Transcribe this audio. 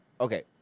okay